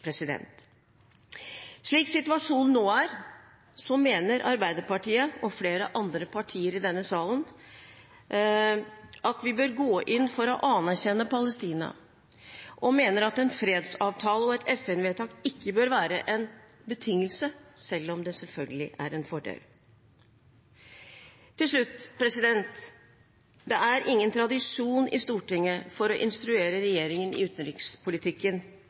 Slik situasjonen nå er, mener Arbeiderpartiet og flere andre partier i denne salen at vi bør gå inn for å anerkjenne Palestina, og at en fredsavtale og et FN-vedtak ikke bør være en betingelse, selv om det selvfølgelig er en fordel. Til slutt: Det er ingen tradisjon i Stortinget for å instruere regjeringen i utenrikspolitikken